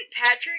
Patrick